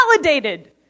validated